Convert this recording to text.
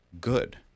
good